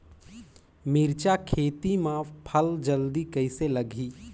मिरचा खेती मां फल जल्दी कइसे लगही?